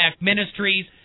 Ministries